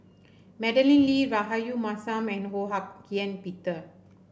Madeleine Lee Rahayu Mahzam and Ho Hak Ean Peter